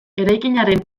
eraikinaren